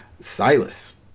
Silas